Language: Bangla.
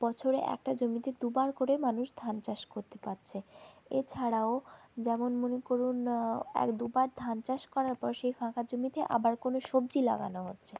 বছরে একটা জমিতে দু বার করে মানুষ ধান চাষ করতে পারছে এছাড়াও যেমন মনে করুন এক দু বার ধান চাষ করার পর সেই ফাঁকা জমিতে আবার করে সবজি লাগানো হচ্ছে